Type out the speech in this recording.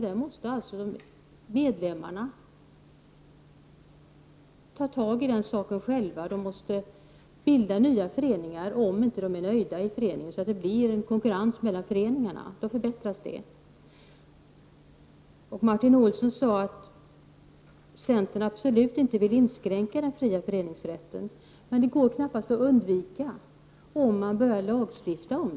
Det är medlemmarna själva som måste ta tag i detta. De får bilda nya föreningar om de inte är nöjda. På det sättet får vi konkurrens mellan föreningarna och således en förbättring i detta avseende. Martin Olsson sade att centern absolut inte vill inskränka den fria föreningsrätten. Men det går knappast att undvika om man vill tillgripa lagstiftning.